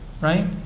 right